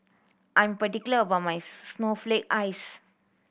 I'm particular about my snowflake ice